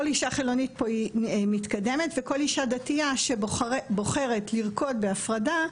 כל אישה חילונית פה היא מתקדמת וכל אישה דתייה שבוחרת לרקוד בהפרדה,